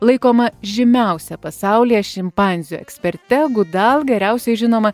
laikoma žymiausia pasaulyje šimpanzių eksperte gudal geriausiai žinoma